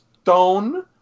Stone